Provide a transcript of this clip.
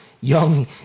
young